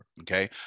Okay